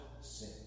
sin